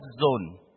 zone